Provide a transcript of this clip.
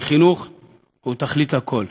כי חינוך הוא תכלית הכול.